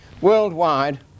worldwide